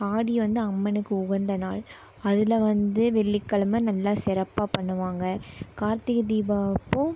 ஆடி வந்து அம்மனுக்கு உகந்த நாள் அதில் வந்து வெள்ளிக் கிழமை நல்லா சிறப்பாக பண்ணுவாங்க கார்த்திகை தீபம் அப்போது